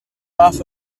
off